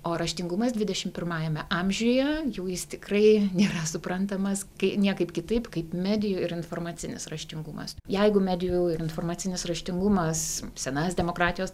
o raštingumas dvidešim pirmajame amžiuje jau jis tikrai nėra suprantamas kai niekaip kitaip kaip medijų ir informacinis raštingumas jeigu medijų ir informacinis raštingumas senas demokratijos